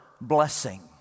blessing